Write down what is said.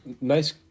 nice